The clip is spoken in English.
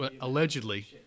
allegedly